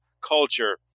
culture